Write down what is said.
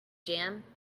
jam